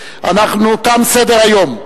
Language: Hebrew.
תם סדר-היום.